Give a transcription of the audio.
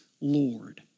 Lord